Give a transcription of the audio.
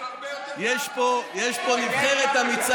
יש הרבה יותר מהאופוזיציה, יש פה נבחרת אמיצה.